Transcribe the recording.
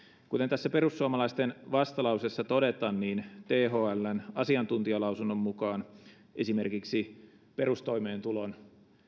kuten tässä perussuomalaisten vastalauseessa todetaan thln asiantuntijalausunnon mukaan esimerkiksi perustoimeentulon